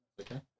Okay